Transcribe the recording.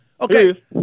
Okay